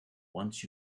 once